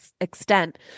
extent